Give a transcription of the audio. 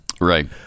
right